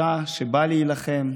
אישה שבאה להילחם,